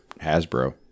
Hasbro